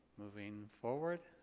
moving forward.